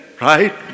right